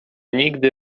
nigdy